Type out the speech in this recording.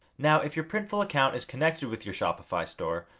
now, if your printful account is connected with your shopify store,